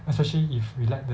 especially if we let the